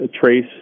trace